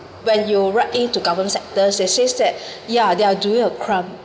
when you're write in to govern sectors they says that yeah they are doing a crime